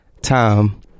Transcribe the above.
time